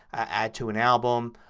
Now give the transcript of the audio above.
add to an album.